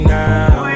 now